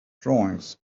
drawings